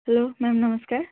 hello ma'am ନମସ୍କାର୍